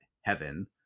heaven